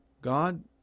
God